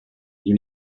you